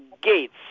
gates